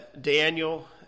Daniel